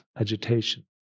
agitation